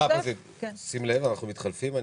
אנחנו מתחלפים.